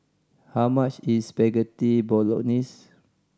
how much is Spaghetti Bolognese